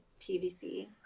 pvc